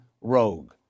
rogue